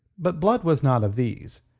but blood was not of these.